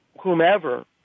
whomever